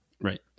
Right